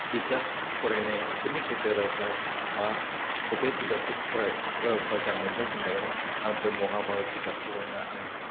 बिजाब फरायनायफोरनि गेजेरावहाय मा बबे बिजाबखौ फराय मोजां मोनदों होनायाव आं बे महाभारत बिजाखौहायनो आङो